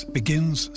begins